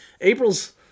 April's